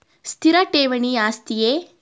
ಸ್ಥಿರ ಠೇವಣಿ ಆಸ್ತಿಯೇ?